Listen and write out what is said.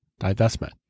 divestment